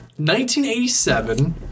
1987